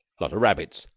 lot of rabbits,